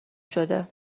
شده